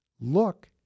look